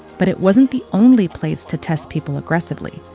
but it wasn't the only place to test people aggressively.